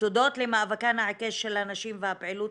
ותודות למאבקן העיקש של הנשים והפעילות